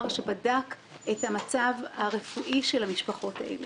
שבדק את המצב הרפואי של המשפחות האלה,